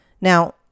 Now